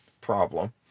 problem